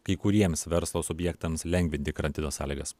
kai kuriems verslo subjektams lengvinti karantino sąlygas